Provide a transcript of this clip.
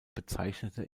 bezeichnete